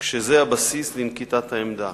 כשזה הבסיס לנקיטת העמדה.